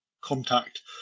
contact